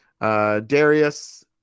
Darius